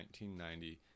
1990